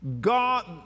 God